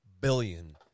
billion